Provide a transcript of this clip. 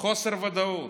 חוסר ודאות.